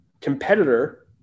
competitor